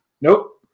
Nope